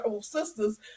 sisters